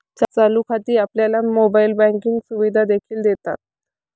चालू खाती आपल्याला मोबाइल बँकिंग सुविधा देखील देतात